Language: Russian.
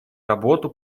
работу